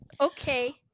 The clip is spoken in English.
Okay